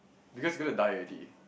because going to die already